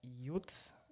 youths